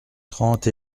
trente